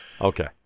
Okay